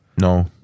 No